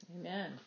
Amen